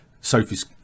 Sophie's